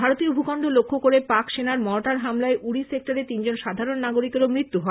ভারতীয় ভূখণ্ড লক্ষ্য করে পাক সেনার মর্টার হামলায় উড়ি সেক্টরে তিনজন সাধারণ নাগরিকেরও মৃত্যু হয়েছে